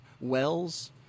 wells